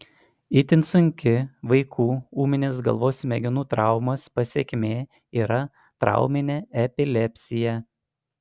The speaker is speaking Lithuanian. itin sunki vaikų ūminės galvos smegenų traumos pasekmė yra trauminė epilepsija